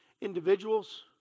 individuals